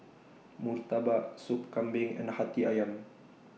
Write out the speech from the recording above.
Murtabak Sup Kambing and Hati Ayam